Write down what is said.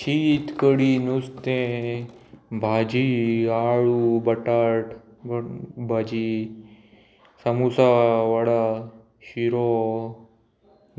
शीत कडी नुस्तें भाजी आळू बटाट भाजी सामोसा वडा शिरो